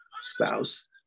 spouse